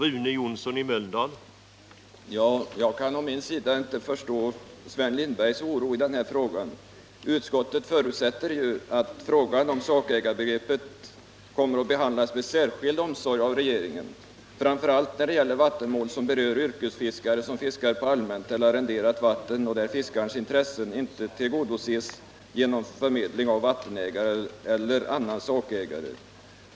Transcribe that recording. Herr talman! Jag kan å min sida inte förstå Sven Lindbergs oro i denna fråga. Utskottet förutsätter ju ”att frågan om sakägarebegreppet kommer att behandlas med särskild omsorg av regeringen framför allt när det gäller vattenmål som berör yrkesfiskare som fiskar på allmänt eller arrenderat vatten och där fiskarens intressen inte tillgodoses genom förmedling av vattenägaren eller annan sakägare”.